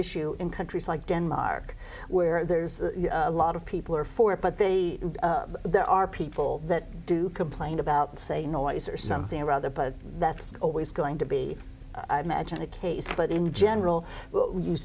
issue in countries like denmark where there's a lot of people are for it but they there are people that do complain about say noise or something or other but that's always going to be imagine a case but in general